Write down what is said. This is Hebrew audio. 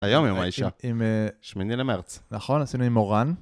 היום עם אישה, שמיני למרץ. נכון, עשינו עם מורן.